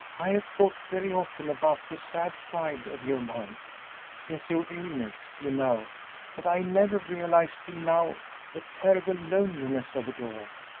i have thought very often about the sad side of your life since your illness, you know but i never realized till now the terrible loneliness of it all.